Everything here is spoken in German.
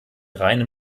reine